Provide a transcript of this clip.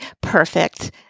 perfect